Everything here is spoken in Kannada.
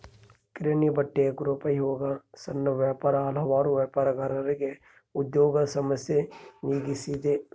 ಕಿರಾಣಿ ಬಟ್ಟೆ ಗೃಹೋಪಯೋಗಿ ಸಣ್ಣ ವ್ಯಾಪಾರ ಹಲವಾರು ವ್ಯಾಪಾರಗಾರರಿಗೆ ಉದ್ಯೋಗ ಸಮಸ್ಯೆ ನೀಗಿಸಿದೆ